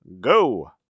go